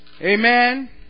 Amen